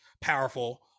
powerful